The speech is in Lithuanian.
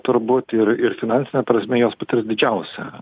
turbūt ir ir finansine prasme jos patirs didžiausią